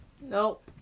Nope